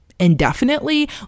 indefinitely